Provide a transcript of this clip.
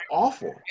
awful